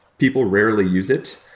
people rarely use it.